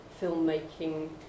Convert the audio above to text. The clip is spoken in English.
filmmaking